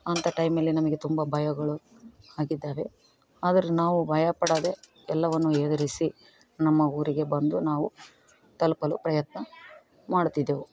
ಅಂತ ಟೈಮಲ್ಲಿ ನಮಗೆ ತುಂಬ ಭಯಗಳು ಆಗಿದ್ದಾವೆ ಆದರೆ ನಾವು ಭಯ ಪಡದೆ ಎಲ್ಲವನ್ನು ಎದುರಿಸಿ ನಮ್ಮ ಊರಿಗೆ ಬಂದು ನಾವು ತಲುಪಲು ಪ್ರಯತ್ನ ಮಾಡುತ್ತಿದ್ದೆವು